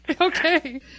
Okay